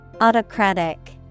Autocratic